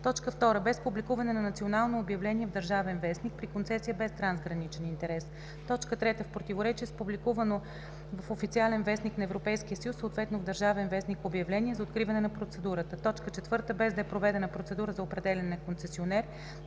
2. без публикуване на национално обявление в „Държавен вестник“ – при концесия без трансграничен интерес; 3. в противоречие с публикувано в „Официален вестник“ на Европейския съюз, съответно в „Държавен вестник“, обявление за откриване на процедурата; 4. без да е проведена процедура за определяне на концесионер;